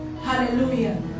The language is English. Hallelujah